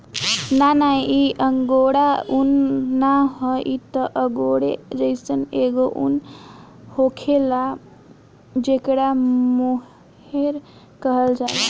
ना ना इ अंगोरा उन ना ह इ त अंगोरे जइसन एगो उन होखेला जेकरा मोहेर कहल जाला